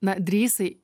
na drįsai